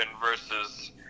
versus